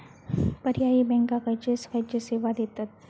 पर्यायी बँका खयचे खयचे सेवा देतत?